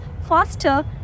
faster